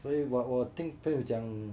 我我听朋友讲